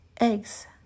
eggs